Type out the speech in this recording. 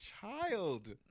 child